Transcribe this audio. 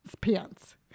pants